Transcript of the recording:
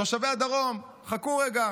תושבי הדרום, חכו רגע,